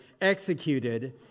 executed